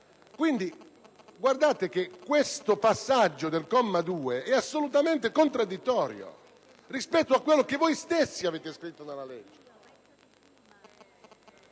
Guardate che questo passaggio del comma 2 è assolutamente contraddittorio rispetto a quanto voi stessi avete scritto nella legge.